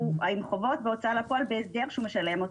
הוא עם חובות והוצאה לפועל בהסדר שהוא משלם,